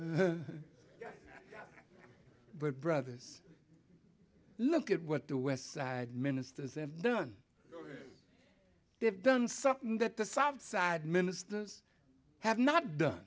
in but brothers look at what the west side ministers have done they have done something that the soft side ministers have not done